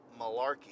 malarkey